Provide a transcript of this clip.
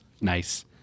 nice